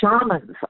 shamans